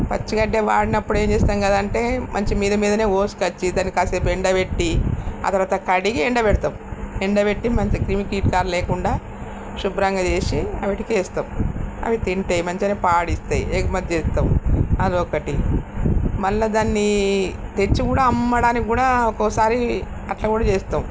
పచ్చిగడ్డే వాడినప్పుడు ఏం చేస్తాం కదా అంటే మంచి మీద మీదనే కోసుకచ్చి దాన్ని కాసేపు ఎండబెట్టి ఆ తర్వాత కడిగి ఎండబెడతాం ఎండబెట్టి మంచి క్రిమికీటకాలు లేకుండా శుభ్రంగా చేసి వాటికి వేస్తాం అవి తింటే మంచిగానే పాడిస్తాయి ఎగుమతి చేస్తాం అడి ఒక్కటి మళ్ళీ దాన్ని తెచ్చి కూడా అమ్మడానికి కూడా ఒక్కోసారి అట్ల కూడా చేస్తాం